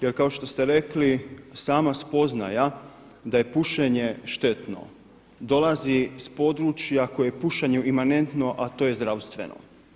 Jer kao što ste rekli sama spoznaja da je pušenje štetno dolazi s područja koje je pušenju imanentno a to je zdravstveno.